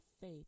faith